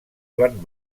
joan